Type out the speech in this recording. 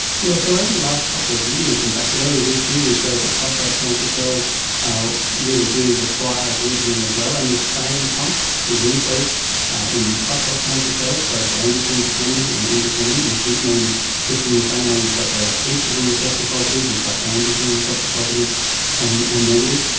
yes, so over the last couple of years, in fact earlier this year we showed that prostate cancer cells ah really do require glutamine as well, and this same pump is increased in prostate cancer cells, both androgen dependent and independent, which means just in the same way you've got the oestrogen receptor positive, you've got androgen receptor positive and and negative.